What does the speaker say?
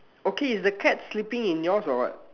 okay is the cat sleeping in yours or what